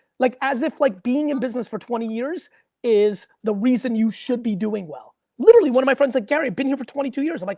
like as if like being in business for twenty years is the reason you should be doing well. literally, one of my friend's like, gary, i've been here for twenty two years. i'm like,